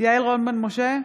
יעל רון בן משה,